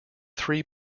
three